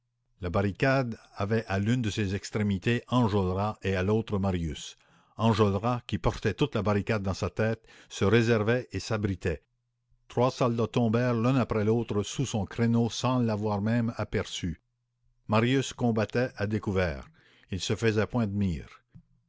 la barricade avait à l'une de ses extrémités enjolras et à l'autre marius enjolras qui portait toute la barricade dans sa tête se réservait et s'abritait trois soldats tombèrent l'un après l'autre sous son créneau sans l'avoir même aperçu marius combattait à découvert il se faisait point de mire